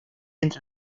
entre